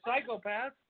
psychopath